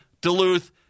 Duluth